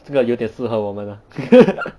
这个有点适合我们 ah